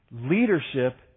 Leadership